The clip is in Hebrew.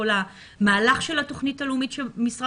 שמובילה את כל המהלך של התוכנית הלאומית שמשרד